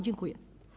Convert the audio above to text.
Dziękuję.